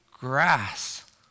grass